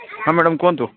ହଁ ମ୍ୟାଡ଼ାମ୍ କୁହନ୍ତୁ